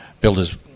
builder's